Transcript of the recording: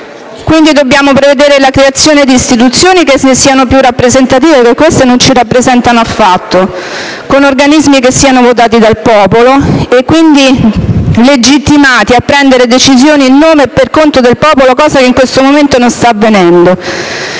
Quindi, dobbiamo prevedere la creazione di istituzioni che siano più rappresentative, perché queste non ci rappresentano affatto, con organismi votati dal popolo e quindi legittimati a prendere decisioni in nome e per conto del popolo, cosa che in questo momento non sta avvenendo.